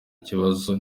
ikibazo